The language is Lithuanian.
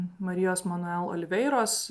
marijos manuel oliveiros